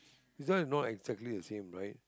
this one is not exactly the same right